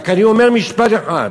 אני רק אומר משפט אחד: